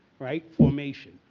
right, formation.